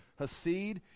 Hasid